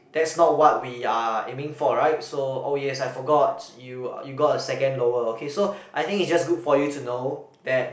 that's not what we are aiming for right so oh yes I forgot you you got a second lower okay so I think it's just good for you to know that